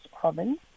province